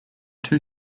two